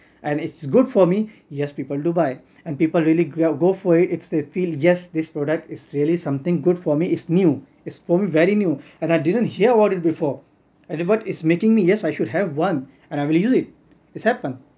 and it's good for me yes people do buy and people really go out go for it if they feel just this product is really something good for me it's new it's form very new and I didn't hear what it before and what it's making me yes I should have one and I really do it it's happened